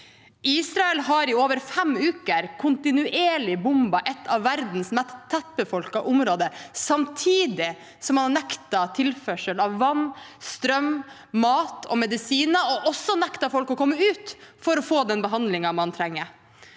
Israel har i over fem uker kontinuerlig bombet et av verdens mest tettbefolkede områder, samtidig som man har nektet tilførsel av vann, strøm, mat og medisiner, og også nektet folk å komme ut for å få den behandlingen man trenger.